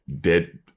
dead